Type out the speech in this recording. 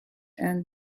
and